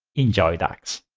enjoy dax.